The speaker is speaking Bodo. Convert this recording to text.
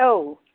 औ